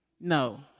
No